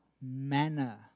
manner